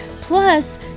plus